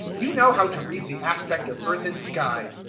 you know how to read the aspect of earth and sky.